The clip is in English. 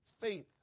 Faith